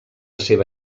seva